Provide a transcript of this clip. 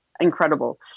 incredible